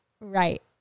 Right